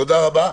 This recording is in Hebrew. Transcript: תודה רבה.